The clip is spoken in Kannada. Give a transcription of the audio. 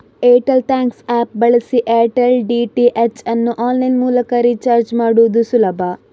ಏರ್ಟೆಲ್ ಥ್ಯಾಂಕ್ಸ್ ಆಪ್ ಬಳಸಿ ಏರ್ಟೆಲ್ ಡಿ.ಟಿ.ಎಚ್ ಅನ್ನು ಆನ್ಲೈನ್ ಮೂಲಕ ರೀಚಾರ್ಜ್ ಮಾಡುದು ಸುಲಭ